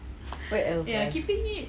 where else ah